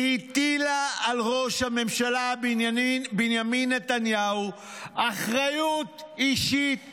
היא הטילה על ראש הממשלה בנימין נתניהו אחריות אישית לאסון.